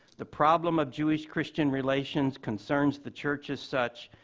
the problem of jewish-christian relations concerns the church as such,